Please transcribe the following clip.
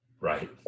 Right